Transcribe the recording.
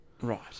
Right